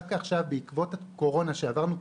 דווקא עכשיו בעקבות הקורונה שעברנו כולנו,